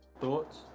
Thoughts